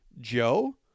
Joe